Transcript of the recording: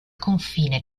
confine